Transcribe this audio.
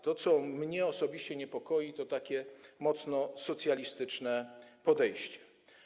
To, co mnie osobiście niepokoi, to takie mocno socjalistyczne podejście.